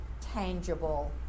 tangible